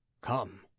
Come